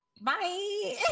bye